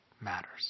matters